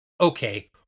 Okay